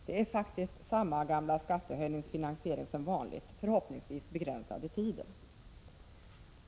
Det är faktiskt samma gamla 51 skattehöjningsfinansiering som vanligt, förhoppningsvis begränsad i tiden.